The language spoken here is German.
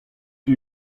die